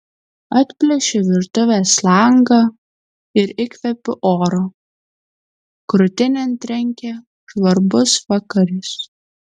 atplėšiu virtuvės langą ir įkvepiu oro krūtinėn trenkia žvarbus vakaris